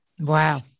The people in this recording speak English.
Wow